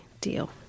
Deal